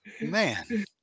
Man